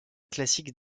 classique